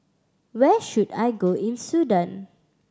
where should I go in Sudan